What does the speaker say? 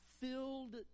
filled